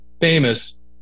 famous